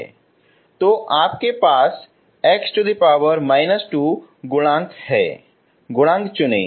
तो आपके पास x−2 गुणांक है गुणांक चुनें